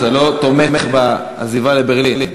שאתה לא תומך בעזיבה לברלין,